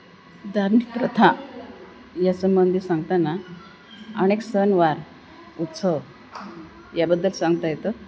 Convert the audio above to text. धार्मिक प्रथा या संंबंधी सांगताना अनेक सणवार उत्सव याबद्दल सांगता येतं